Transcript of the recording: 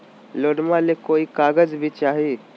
लोनमा ले कोई कागज भी चाही?